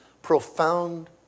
Profound